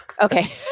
Okay